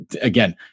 again